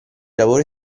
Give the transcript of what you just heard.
lavoro